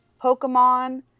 Pokemon